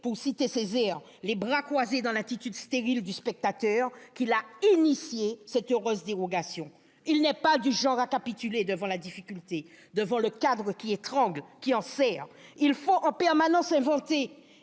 pour citer Césaire, « les bras croisés dans l'attitude stérile du spectateur », qu'il a pris l'initiative de proposer cette heureuse dérogation. Il n'est pas du genre à capituler devant la difficulté, devant le cadre qui étrangle, qui enserre. Il faut en permanence inventer.